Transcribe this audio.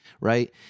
right